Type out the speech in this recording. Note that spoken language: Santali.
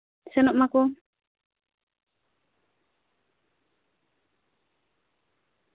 ᱥᱮᱱᱚᱜ ᱢᱟᱠᱚ